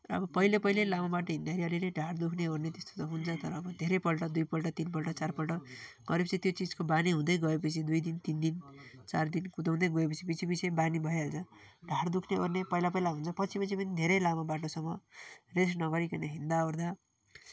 अब पहिले पहिले लामो बाटो हिँड्दाखेरि अलिअलि ढाड दुख्ने ओर्ने त्यस्तो त हुन्छ तर अब धेरैपल्ट दुईपल्ट तिनपल्ट चारपल्ट गरेपछि त्यो चिजको बानी हुँदै गएपछि दुई दिन तिन दिन चार दिन कुदाउँदै गएपछि पिछे पिछे बानी भइहाल्छ ढाड दुख्ने ओर्ने पहिला पहिला हुन्छ पछि पछि पनि धेरै लामो बाटोसम्म रेस्ट नगरीकन हिँड्दाओर्दा